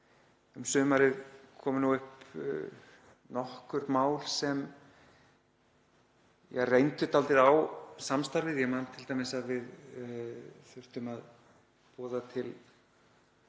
Um sumarið komu upp nokkur mál sem reyndu dálítið á samstarfið. Ég man t.d. að við þurftum að boða til